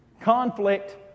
Conflict